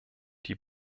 die